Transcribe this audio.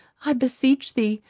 i beseech thee,